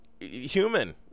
human